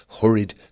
hurried